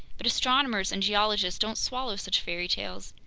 but astronomers and geologists don't swallow such fairy tales.